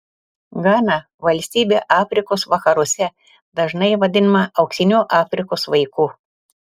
gana valstybė afrikos vakaruose dažnai vadinama auksiniu afrikos vaiku